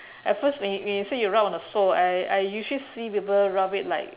at first when you when you say you rub on the sole I I usually see people rub it like